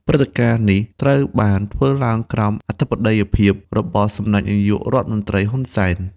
ព្រឹត្តិការណ៍នេះត្រូវបានធ្វើឡើងក្រោមអធិបតីភាពរបស់សម្តេចនាយករដ្ឋមន្ត្រី ហ៊ុន សែន។